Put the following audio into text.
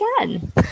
again